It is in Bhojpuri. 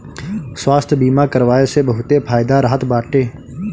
स्वास्थ्य बीमा करवाए से बहुते फायदा रहत बाटे